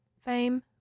fame